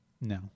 No